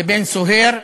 לבין סוהר,